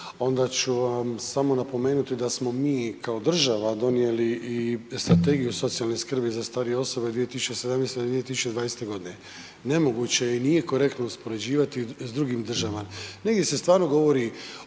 onda ću vam samo napomenuti da smo mi kao država donijeli i strategiju socijalne skrbi za starije osobe 2017. do 2020. godine. Nemoguće je i nije korektno uspoređivati s drugim državama. Negdje se stvarno govori